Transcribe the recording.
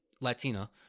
Latina